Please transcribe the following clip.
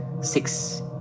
six